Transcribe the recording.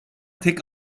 tek